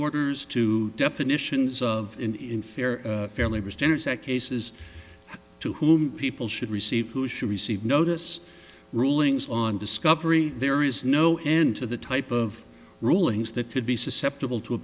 orders to definitions of in fair fair labor standards act cases to whom people should receive who should receive notice rulings on discovery there is no end to the type of rulings that could be susceptible to a